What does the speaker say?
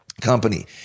company